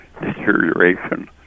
deterioration